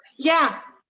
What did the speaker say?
yeah!